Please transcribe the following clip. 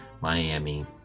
Miami